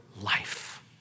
life